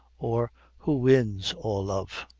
or who wins all love.